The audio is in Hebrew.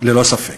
ללא ספק.